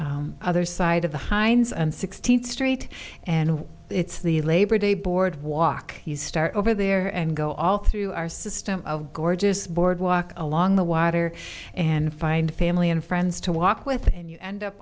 the other side of the heinz and sixteenth street and it's the labor day boardwalk he start over there and go all through our system of gorgeous boardwalk along the water and find family and friends to walk with and